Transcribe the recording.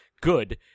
good